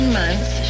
months